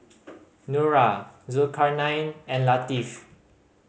Nura Zulkarnain and Latif